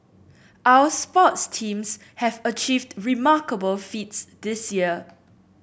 our sports teams have achieved remarkable feats this year